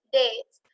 dates